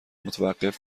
متوقف